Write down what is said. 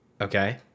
Okay